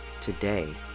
Today